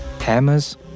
hammers